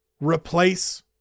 replace